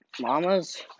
Mama's